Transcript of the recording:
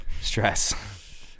Stress